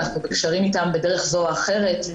אנחנו בקשרים איתם בדרך זו או אחרת.